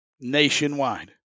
nationwide